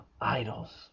idols